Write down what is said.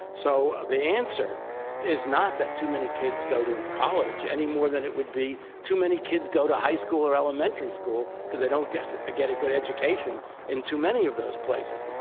so the answer is not that too many kids go to college any more than it would be too many kid go to high school or elementary school because they don't get a get a good education in too many of those places,